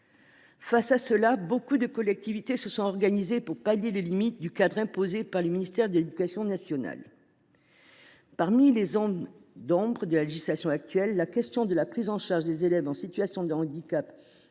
situation, beaucoup de collectivités territoriales se sont organisées pour pallier les limites du cadre imposé par le ministère de l’éducation nationale. Comptant parmi les zones d’ombre de la législation actuelle, la question de la prise en charge des élèves en situation de handicap